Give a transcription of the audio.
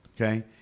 okay